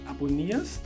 abonnierst